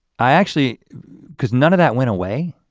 i actually because none of that went away,